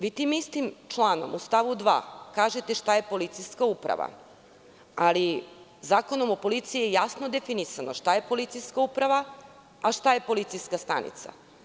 Vi tim istim članom u stavu 2. kažete šta je policijska uprava, ali Zakonom o policiji je jasno definisano šta je policijska uprava, a šta je policijska stanica.